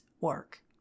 work